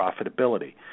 profitability